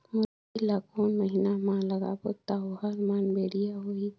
मुरई ला कोन महीना मा लगाबो ता ओहार मान बेडिया होही?